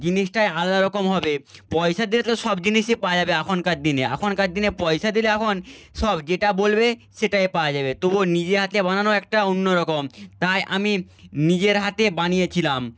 জিনিসটাই আলাদা রকম হবে পয়সা দিয়ে তো সব জিনিসই পাওয়া যাবে এখনকার দিনে এখনকার দিনে পয়সা দিলে এখন সব যেটা বলবে সেটাই পাওয়া যাবে তবুও নিজে হাতে বানানো একটা অন্যরকম তাই আমি নিজের হাতে বানিয়েছিলাম